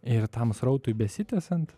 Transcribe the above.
ir tam srautui besitęsiant